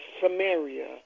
Samaria